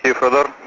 yeah for the